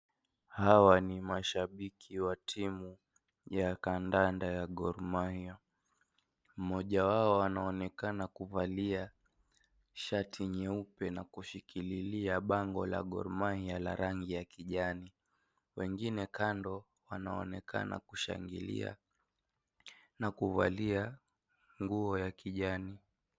Hawa ni mashabiki wa timu ya kandanda ya Gor mahia. Mmoja wao anaonekana kuvalia shati nyeupe na kushikilia bango la Gor mahia la rangi ya kijani. Wengine kando wanaonekana kushangilia na kuvalia nguo ya kijani.